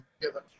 together